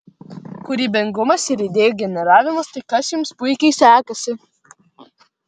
kūrybingumas ir idėjų generavimas tai kas jums puikiai sekasi